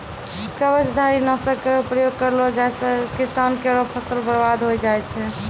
कवचधारी? नासक केरो प्रयोग करलो जाय सँ किसान केरो फसल बर्बाद होय जाय छै